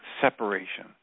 separation